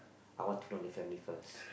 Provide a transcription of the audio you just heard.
I want to know the family first